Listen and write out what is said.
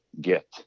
get